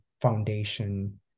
foundation